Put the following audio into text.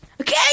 okay